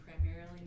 Primarily